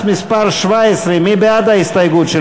קבוצת סיעת ש"ס וקבוצת סיעת